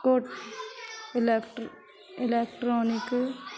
ਘੋ ਇਲੈਕਟਰ ਇਲੈਕਟ੍ਰੋਨਿਕ